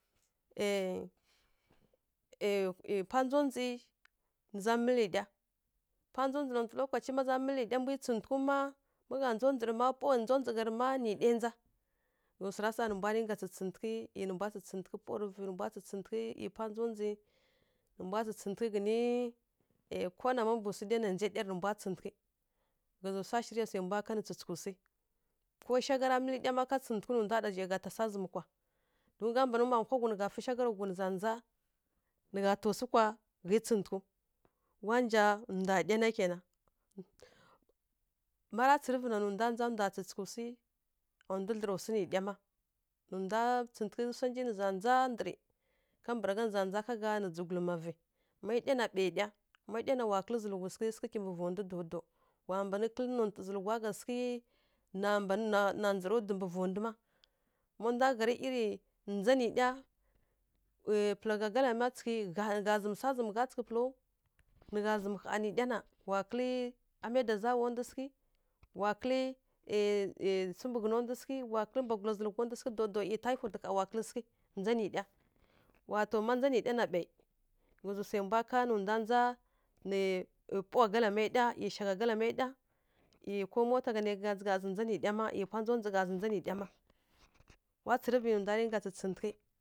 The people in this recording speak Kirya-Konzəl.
ˈYi ˈyi pwa ndzondzi nǝ za mǝlǝ ɗya, pwa ndondzi nǝ za mǝlǝ ɗya, pwa ndondzi kimbǝ nontǝ lokaci ma za mǝlǝ ɗya mbwi tsǝghǝtǝghǝw ma, ma gha ndzondzi rǝ ma pawa ndzondzi ƙhǝi rǝ ma nǝ ɗya ndza, ghǝzǝ swara sa nǝ mbwa rǝnka tsǝtsǝghǝtǝghǝ, ˈyi nǝ mbwa tsǝtsǝghǝtǝghǝ pawa rǝ vǝ nǝ mbwa tsǝtsǝghǝtǝghǝ ˈyi pwa ndzondzi nǝ mbwa tsǝtsǝghǝtǝghǝ ghǝnǝ ko nama mbǝ swu dai na ndza ɗya rǝ nǝ mbwa tsǝtsǝghǝtǝghǝ. Ghǝzǝ swa shirǝ swai mbwa kanǝ tsǝtsǝghǝtǝghǝ. Ko shagha ra mǝlǝ ɗya ma ka tsǝtsǝghǝtǝghǝ nǝ mbwa ɗa zhai mbwa ta swa zǝmǝ kwa, don ƙha mma mban ma hwa ghui nǝ gha fǝ shagha rǝ nǝ za ndza nǝ gha taw swu kwa ghǝi tsǝtsǝghǝtǝghǝw. Wa nja ndwa ɗya na ke na. Má ra tsǝrǝvǝ na ndwa tsǝtsǝghǝtǝghǝ a ndwi dlǝra swu nǝ ɗya ma. Nǝ ndwa tsǝtsǝghǝtǝghǝ swa nji nǝ za ndza ndǝrǝ, kambǝragha nǝ za ndza ka gha nǝ dzǝghuluma vǝ. Má ɗya na wa ɓai ɗya wa kǝlǝ dzǝghuluma sǝghǝ mbǝ vaw ndu daw-daw. Wa mban kǝlǝ nontǝ zǝlǝghwi gha sǝghǝ na mban na ndzara dwi mbǝ vondu ma. Má ndwa gha irǝ ndza nǝ ɗya, pǝla gha kalǝma tsǝghǝ nǝ gha zǝmǝ swa zǝmǝ kalǝma tsǝghǝ da nǝ gha zǝmǝ swa zǝmǝ ha nǝ ɗya na wa kǝlǝ amai da zawa ndu sǝghǝ wa kǝlǝ swu mbǝ ghǝna ndu sǝghǝ, wa kǝlǝ zǝlǝghwa ndu sǝghǝ daw-daw ˈyi tayifot ƙha wa kǝlǝ sǝghǝ ndza nǝ ɗya daw-daw wa to ma ndza nǝ ɗya ɓai ghǝzǝ swai mbwa ká nǝ ndwa ndza pawa kalama mai ɗya, ˈyi shagha kalamai ɗya ˈyi komai kǝla gha nǝ ɗya ma, ˈyi pwa ndzondzi gha a zǝ nda nǝ ɗya ma wa tsǝrǝvǝ nǝ ndwa dinga tsǝghtǝghǝ.